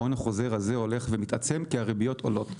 ההון החוזר הזה הולך ומתעצם כי הריביות עולות.